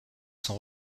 sont